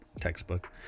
textbook